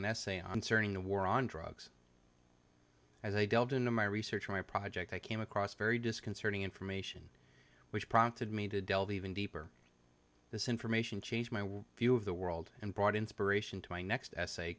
an essay on searching the war on drugs as i delved into my research for my project i came across very disconcerting information which prompted me to delve even deeper this information changed my view of the world and brought inspiration to my next essay